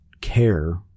care